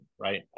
right